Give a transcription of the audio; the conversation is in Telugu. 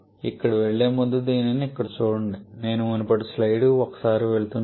ఇక్కడకు వెళ్ళే ముందు దీన్ని ఇక్కడ చూడండి నేను మునుపటి స్లైడ్కు ఒకసారి వెళ్తున్నాను